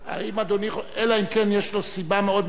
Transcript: אלא אם כן יש לו סיבה מאוד מיוחדת,